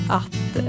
att